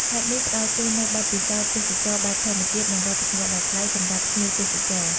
ខេត្តនេះផ្តល់ជូននូវបទពិសោធន៍ទេសចរណ៍បែបធម្មជាតិ និងវប្បធម៌ដ៏ប្លែកសម្រាប់ភ្ញៀវទេសចរ។